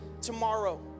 tomorrow